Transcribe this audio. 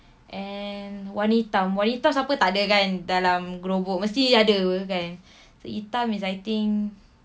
and warna hitam warna hitam siapa takde kan dalam global mesti ada kan so hitam is I think